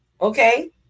Okay